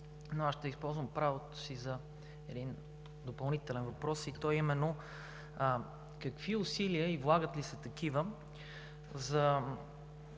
но ще използвам правото си за допълнителен въпрос, а именно: какви усилия и влагат ли се такива за